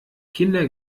kinder